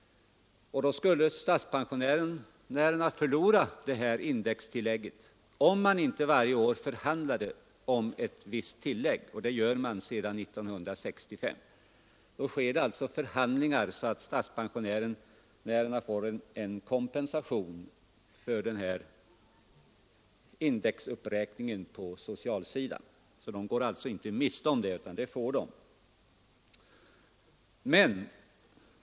Statspensionärerna skulle förlora dessa indextillägg, om man inte varje år förhandlade om ett visst tillägg, vilket man gör sedan 1965. Förhandlingar förs så att statspensionärerna får en kompensation för indexuppräkningen på socialsidan. De går alltså inte miste om den.